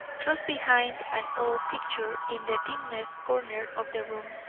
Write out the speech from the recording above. thrust behind an old picture in the dimmest corner of the room.